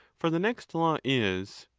for the next law is,